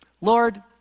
Lord